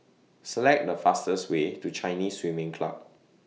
Select The fastest Way to Chinese Swimming Club